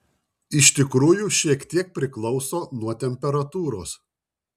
iš tikrųjų šiek tiek priklauso nuo temperatūros